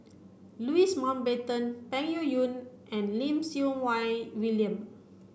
Louis Mountbatten Peng Yuyun and Lim Siew Wai William